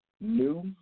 new